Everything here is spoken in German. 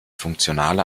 funktionale